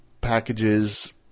packages